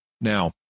Now